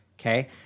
okay